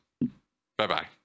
Bye-bye